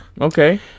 Okay